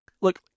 look